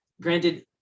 granted